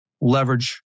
leverage